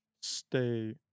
stay